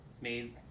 made